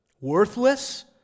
worthless